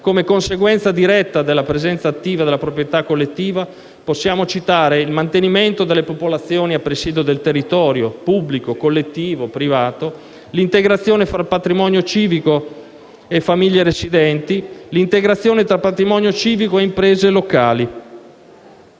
come conseguenza diretta della presenza attiva della proprietà collettiva, possiamo citare il mantenimento delle popolazioni a presidio del territorio (pubblico, collettivo, privato), l'integrazione fra patrimonio civico e famiglie residenti, l'integrazione tra patrimonio civico e imprese locali,